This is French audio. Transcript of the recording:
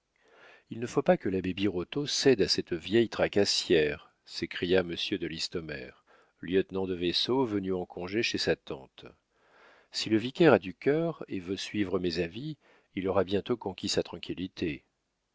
il ne faut pas que l'abbé birotteau cède à cette vieille tracassière s'écria monsieur de listomère lieutenant de vaisseau venu en congé chez sa tante si le vicaire a du cœur et veut suivre mes avis il aura bientôt conquis sa tranquillité